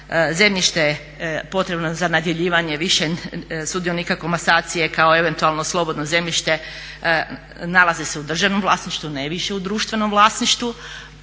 zemljište potrebno za nadjeljivanje više sudionika komasacije kao eventualno slobodno zemljište nalaze se u državnom vlasništvu, ne više u društvenom vlasništvu.